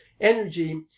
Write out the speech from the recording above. energy